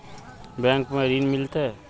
Bank में ऋण मिलते?